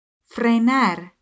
Frenar